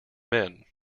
men